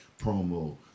promo